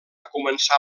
començar